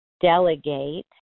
delegate